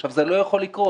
עכשיו זה לא יכול לקרות,